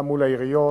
גם מול העיריות,